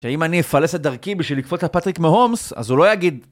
שאם אני אפלס את דרכי בשביל לקפוץ לפטריק מהומס, אז הוא לא יגיד.